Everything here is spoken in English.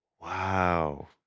Wow